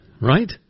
right